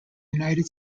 united